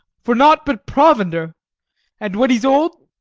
for nought but provender and when he's old,